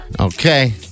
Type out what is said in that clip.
Okay